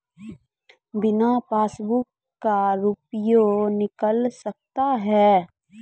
बिना पासबुक का रुपये निकल सकता हैं?